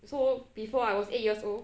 so before I was eight years old